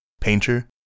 painter